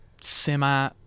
semi